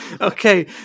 okay